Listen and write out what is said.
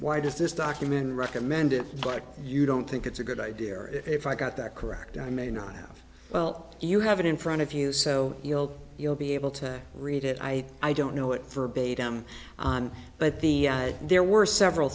why does this document recommend it but you don't think it's a good idea or if i got that correct i may not have well you have it in front of you so you'll be able to read it i i don't know it verbatim but the there were several